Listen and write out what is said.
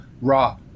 raw